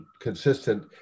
consistent